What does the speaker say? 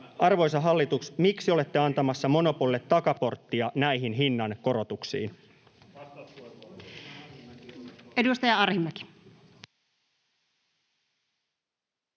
Arvoisa hallitus, miksi olette antamassa monopolille takaporttia näihin hinnankorotuksiin?